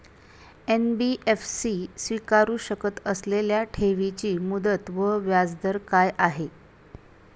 NBFC स्वीकारु शकत असलेल्या ठेवीची मुदत व व्याजदर काय आहे?